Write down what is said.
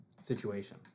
situation